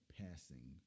passing